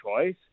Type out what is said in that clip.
choice